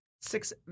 six